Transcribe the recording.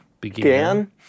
began